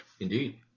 Indeed